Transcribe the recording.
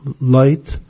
light